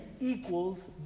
equals